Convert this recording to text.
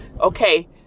okay